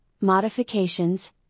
modifications